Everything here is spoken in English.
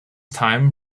time